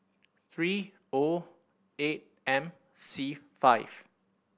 three O eight M C five